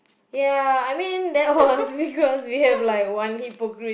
ya I mean that was because we have like one hypocrite